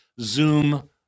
Zoom